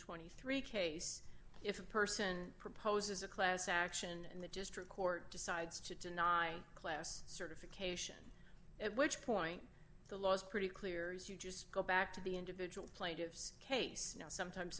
twenty three dollars case if a person proposes a class action and the district court decides to deny class certification at which point the law's pretty clear you just go back to the individual plaintiffs case you know sometimes